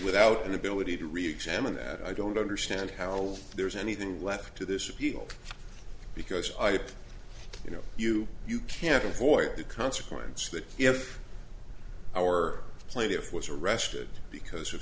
without an ability to reexamine that i don't understand how there is anything left of this appeal because i you know you you can't avoid the consequence that if our played it was arrested because of